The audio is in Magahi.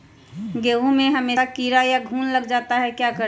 गेंहू में हमेसा कीड़ा या घुन लग जाता है क्या करें?